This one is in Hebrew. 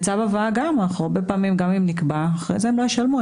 בצו הבאה הרבה פעמים גם אם נקבע אחרי זה הם לא ישלמו.